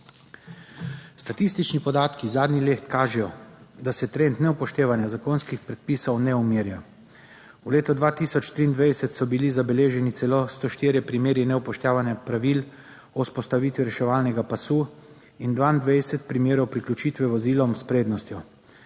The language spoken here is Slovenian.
Statistični podatki zadnjih let kažejo, da se trend neupoštevanja zakonskih predpisov ne umirja. V letu 2023 so bili zabeleženi celo sto štirje primeri neupoštevanja pravil o vzpostavitvi reševalnega pasu in 22 primerov priključitve vozilom s prednostjo.